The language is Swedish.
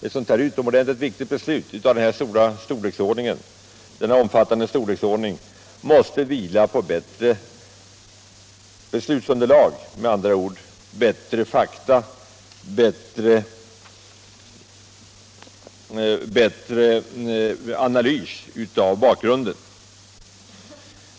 Ett så utomordentligt viktigt beslut av denna omfattande storleksordning måste vila på bättre underlag, med andra ord bättre fakta, bättre analys av bakgrunden.